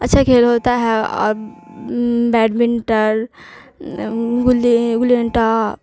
اچھا کھیل ہوتا ہے اور بیڈمنٹن گلی گلی ڈنٹا